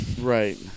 Right